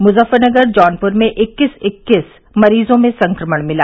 मुजफ्फरनगर जौनपुर में इक्कीस इक्कीस मरीजों में संक्रमण मिला